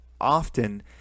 often